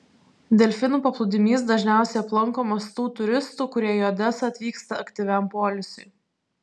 delfinų paplūdimys dažniausiai aplankomas tų turistų kurie į odesą atvyksta aktyviam poilsiui